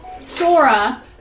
Sora